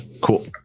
Cool